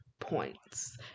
points